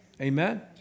Amen